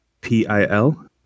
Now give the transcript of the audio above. P-I-L